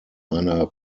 einer